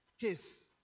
case